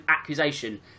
accusation